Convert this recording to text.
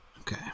Okay